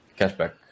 cashback